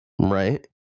right